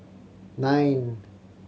nine